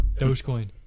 Dogecoin